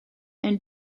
and